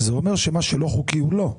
זה אומר שמה שלא חוקי, הוא לא.